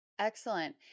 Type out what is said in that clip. Excellent